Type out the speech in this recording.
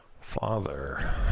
Father